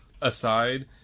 aside